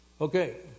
Okay